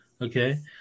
Okay